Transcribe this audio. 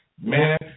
man